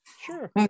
Sure